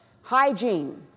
hygiene